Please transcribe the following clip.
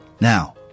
Now